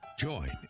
Join